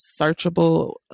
searchable